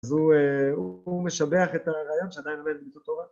‫אז הוא משבח את הרעיון ‫שעדיין עומד בבית התורה.